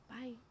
bye